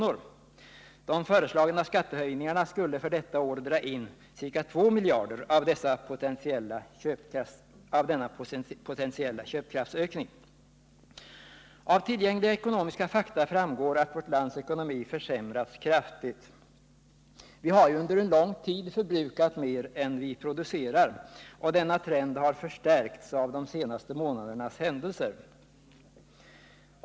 De föreslagna skattehöjningarna skulle för detta år dra in ca 2 miljarder kronor av denna potentiella köpkraftsökning. Av tillgängliga ekonomiska fakta framgår att vårt lands ekonomi försämrats kraftigt. Vi har under en lång tid förbrukat mer än vi producerar, och denna trend har förstärkts av de senaste månadernas händelser.